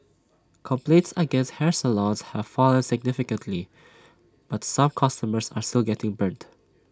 complaints against hair salons have fallen significantly but some customers are still getting burnt